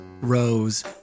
Rose